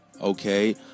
okay